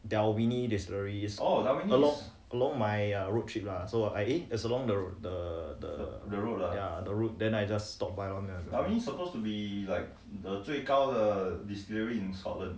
Dalwhinnie distillery along along my road trip ah so I did it along the the ya the route then I just stop by lor lobbying supposed to be like the 最高的 distillery in scotland